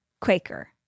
Quaker